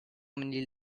many